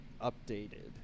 updated